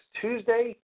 Tuesday